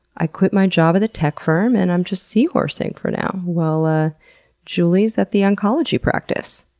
i quit my job at the tech firm and i'm just seahorsing for now, while ah julie's at the oncology practice.